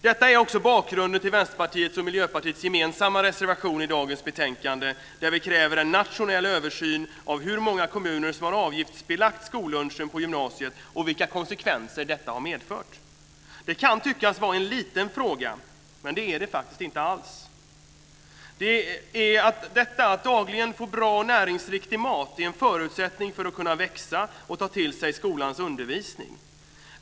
Detta är bakgrunden till Vänsterpartiets och Miljöpartiets gemensamma reservation i dagens betänkande, där vi kräver en nationell översyn av hur många kommuner som har avgiftsbelagt skollunchen på gymnasiet och vilka konsekvenser detta har medfört. Det kan tyckas vara en liten fråga, men det är det faktiskt inte alls. Att dagligen få bra och näringsriktig mat är en förutsättning för att kunna växa och ta till sig skolans undervisning.